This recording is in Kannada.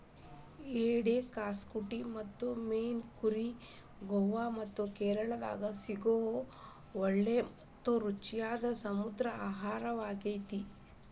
ಏಡಿಯ ಕ್ಸಾಕುಟಿ ಮತ್ತು ಮೇನ್ ಕರಿ ಗೋವಾ ಮತ್ತ ಕೇರಳಾದಾಗ ಸಿಗೋ ಒಳ್ಳೆ ಮತ್ತ ರುಚಿಯಾದ ಸಮುದ್ರ ಆಹಾರಾಗೇತಿ